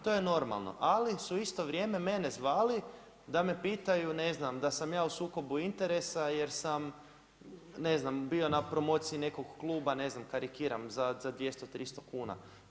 To je normalno, ali su u isto vrijeme mene zvali da me pitaju ne znam da sam ja u sukobu interesa jer sam ne znam bio na promociji nekog kluba, ne znam karikiram za 200, 300 kuna.